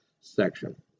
section